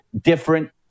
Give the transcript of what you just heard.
different